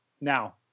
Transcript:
now